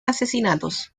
asesinatos